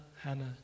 hannah